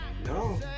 No